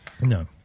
No